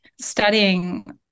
studying